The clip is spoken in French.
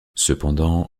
cependant